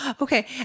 okay